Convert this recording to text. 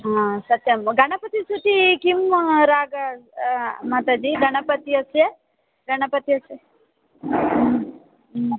आ सत्यम् गणपतिस्तुतिः किं राग माताजि गणपति अस्य गणपति अस्य